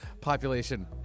Population